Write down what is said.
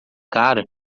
cara